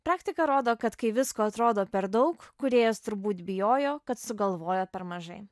praktika rodo kad kai visko atrodo per daug kūrėjas turbūt bijojo kad sugalvojo per mažai